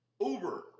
Uber